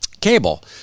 cable